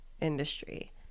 industry